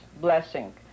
blessing